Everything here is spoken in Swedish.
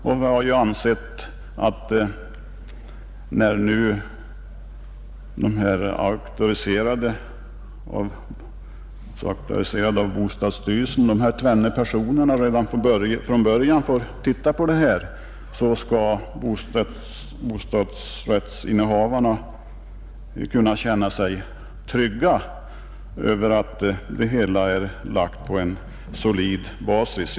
Vi har ju ansett att när nu de av bostadsstyrelsen auktoriserade tvenne sakkunniga personerna redan från början får granska den ekonomiska planen så skall bostadsrättsinnehavarna kunna känna sig trygga för att det hela är lagt på en solid basis.